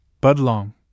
Budlong